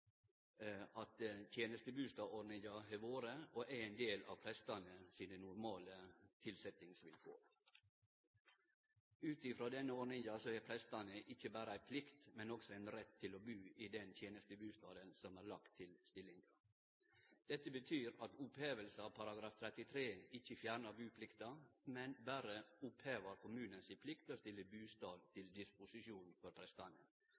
har vore, og er, ein del av prestane sine normale tilsetjingsvilkår. Ut frå denne ordninga har prestane ikkje berre plikt, men også ein rett til å bu i den tenestebustaden som er lagd til stillinga. Dette betyr at oppheving av § 33 ikkje fjernar buplikta, men berre kommunen si plikt til å stille bustad til disposisjon for prestane.